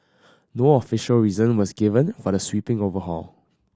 no official reason was given for the sweeping overhaul